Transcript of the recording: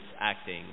acting